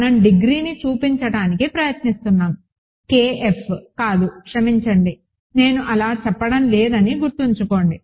మనం డిగ్రీని చూపించడానికి ప్రయత్నిస్తున్నాము KF కాదు క్షమించండి నేను అలా చెప్పడం లేదని గుర్తుంచుకోండి